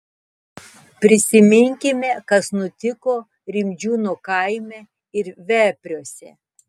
prisiminkime kas nutiko rimdžiūnų kaime ir vepriuose